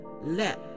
let